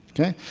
okay.